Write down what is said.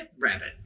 Rabbit